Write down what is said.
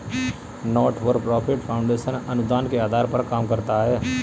not for profit foundation अनुदान के आधार पर काम करता है